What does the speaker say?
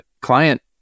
client